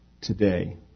today